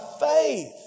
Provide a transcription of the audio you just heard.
faith